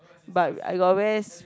but I got rest